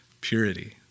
purity